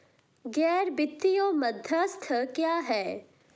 गैर वित्तीय मध्यस्थ क्या हैं?